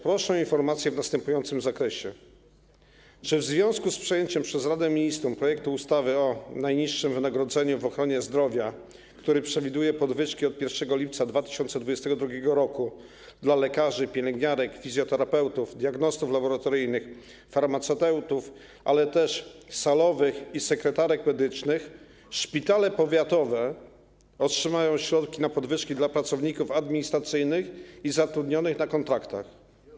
Proszę o informację w następującym zakresie: Czy w związku z przejęciem przez Radę Ministrów projektu ustawy o najniższym wynagrodzeniu w ochronie zdrowia, który przewiduje podwyżki od 1 lipca 2022 r. dla lekarzy, pielęgniarek, fizjoterapeutów, diagnostów laboratoryjnych, farmaceutów, ale też salowych i sekretarek medycznych, szpitale powiatowe otrzymają środki na podwyżki dla pracowników administracyjnych i zatrudnionych na kontraktach?